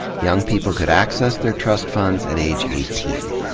young people could access their trust funds at age eighteen.